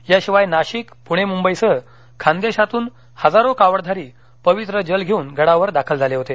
याशिवाय नाशिक पुणे मुंबईसह खान्देशातून हजारो कावडधारी पवित्र जल घेऊन गडावर दाखल झाले होते